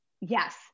Yes